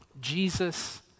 Jesus